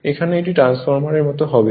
এখানে এটি ট্রান্সফরমারের মতো হবে